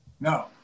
No